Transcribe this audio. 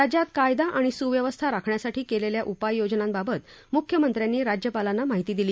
राज्यात कायदा आणि सुव्यवस्था राखण्यासाठी केलेल्या उपाययोजनांबाबत मुख्यमंत्र्यांनी राज्यपालांना माहिती दिली